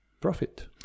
profit